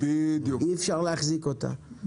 אי אפשר להחזיק אותה.